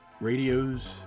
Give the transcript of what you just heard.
radios